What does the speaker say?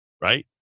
Right